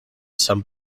some